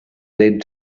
led